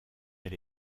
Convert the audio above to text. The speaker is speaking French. elle